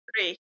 three